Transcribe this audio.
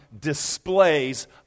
displays